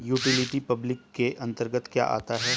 Utility public के अंतर्गत क्या आता है?